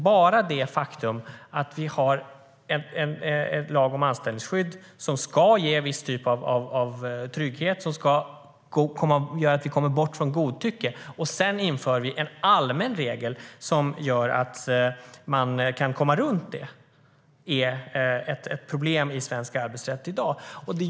Bara det faktum att det finns en lag om anställningsskydd som ska ge en viss typ av trygghet, komma bort från godtycke, och att man sedan inför en allmän regel som gör att man kan komma runt anställningsskyddet är ett problem i svensk arbetsrätt i dag.